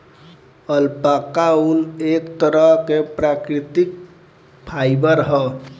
alpaca ऊन, एक तरह के प्राकृतिक फाइबर ह